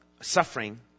suffering